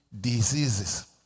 diseases